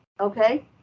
Okay